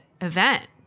event